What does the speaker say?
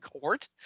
court